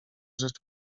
rzecz